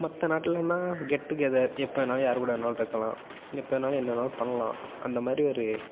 மற்ற நாட்டுலன்னா get together எப்போ வேணாலும் யார் கூட வேணாலும் இருக்கலாம் எப்போ வேணாலும் என்ன வேணாலும் பண்ணலாம் அந்த மாதிரி ஒரு